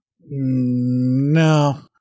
No